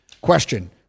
question